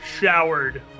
showered